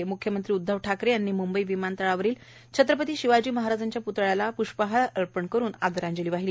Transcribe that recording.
म्ख्यमंत्री उध्दव ठाकरे यांनी मुंबई विमानतळावरील छत्रपती शिवाजी महाराजांच्या प्तळ्याला प्ष्पहार अर्पण करून आदरांजली वाहिली